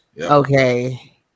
Okay